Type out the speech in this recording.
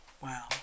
Wow